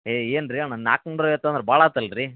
ಏ ಏನ್ರಿ ಅಣ್ಣ ನಾಲ್ಕುನೂರು ಐವತ್ತು ಅಂದ್ರೆ ಭಾಳ ಆತಲ್ಲರಿ